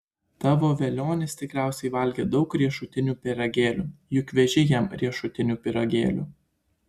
tavo velionis tikriausiai valgė daug riešutinių pyragėlių juk veži jam riešutinių pyragėlių